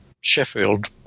Sheffield